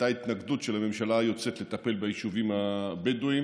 הייתה התנגדות של הממשלה היוצאת לטפל ביישובים הבדואיים.